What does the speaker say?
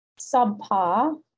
subpar